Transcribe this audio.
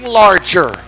larger